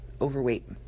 overweight